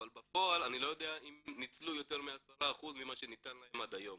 אבל בפועל אני לא יודע אם ניצלו יותר מ-10% ממה שניתן להם עד היום,